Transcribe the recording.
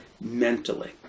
mentally